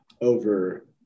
over